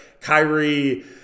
Kyrie